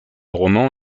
roman